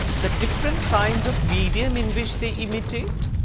the different kinds of medium in which they imitate,